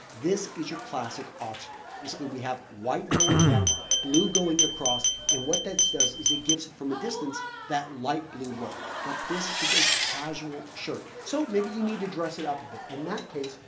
this is your classic oxford. basically we have white going down blue going across and what that does is it gives it from a distance that light blue look. but this is a casual shirt, so maybe you need to dress it up a bit. in that case,